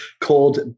called